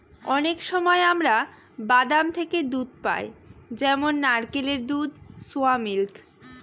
অনেক সময় আমরা বাদাম থেকে দুধ পাই যেমন নারকেলের দুধ, সোয়া মিল্ক